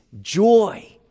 joy